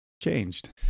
changed